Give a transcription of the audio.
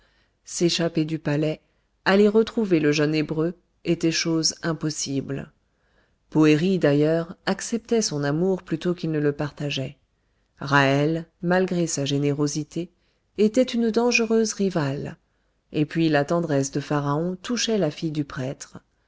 s'échapper du palais aller retrouver le jeune hébreu était chose impossible poëri d'ailleurs acceptait son amour plutôt qu'il ne le partageait ra'hel malgré sa générosité était une dangereuse rivale et puis la tendresse de pharaon touchait la fille du prêtre